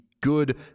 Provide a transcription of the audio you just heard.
good